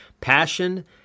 passion